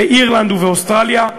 באירלנד ובאוסטרליה,